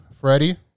Freddie